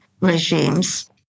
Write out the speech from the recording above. regimes